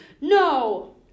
No